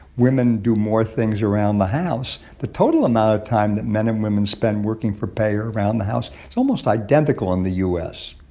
women do more things around the house. the total amount of time that men and women spend working for pay or around the house is almost identical in the u s.